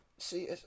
See